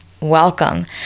welcome